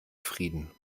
frieden